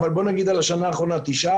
אבל נתייחס לשנה האחרונה שהיו 9,